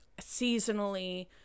seasonally